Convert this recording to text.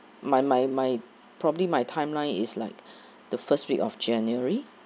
my my my probably my timeline is like the first week of january